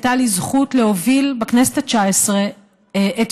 הייתה לי הזכות להוביל בכנסת התשע-עשרה את